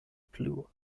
plu